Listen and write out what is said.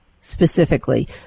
specifically